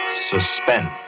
Suspense